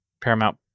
Paramount